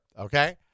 okay